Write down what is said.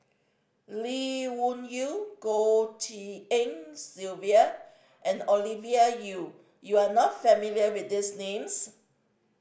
Lee Wung Yew Goh Tshin En Sylvia and Ovidia Yu you are not familiar with these names